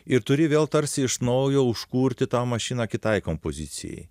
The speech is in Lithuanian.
ir turi vėl tarsi iš naujo užkurti tą mašiną kitai kompozicijai